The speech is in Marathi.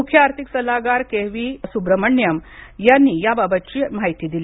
मुख्य आर्थिक सल्लागार के व्ही सुब्राम्हण्याम यांनी आज याबाबत माहिती दिली